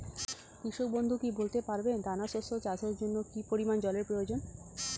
কৃষক বন্ধু কি বলতে পারবেন দানা শস্য চাষের জন্য কি পরিমান জলের প্রয়োজন?